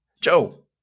Joe